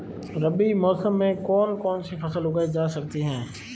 रबी मौसम में कौन कौनसी फसल उगाई जा सकती है?